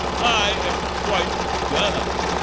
i am quite done up.